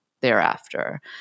thereafter